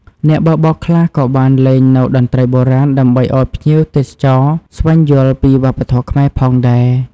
អ្នកបើកបរខ្លះក៏បានលេងនូវតន្ត្រីបុរាណដើម្បីឱ្យភ្ញៀវទេសចរស្វែងយល់ពីវប្បធម៌ខ្មែរផងដែរ។